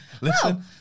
Listen